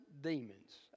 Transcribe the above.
demons